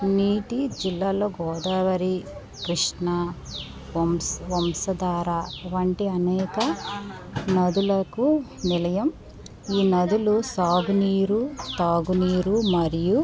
నీటి జిల్లాలలో గోదావరి కృష్ణ వంశ వంశధార వంటి అనేక నదులకు నిలయం ఈ నదులు సాగునీరు తాగునీరు మరియు